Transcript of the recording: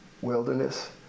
wilderness